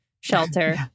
Shelter